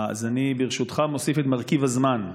אז אני ברשותך מוסיף את מרכיב הזמן,